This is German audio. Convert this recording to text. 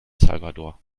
salvador